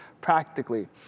practically